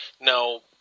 Now